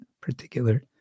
particular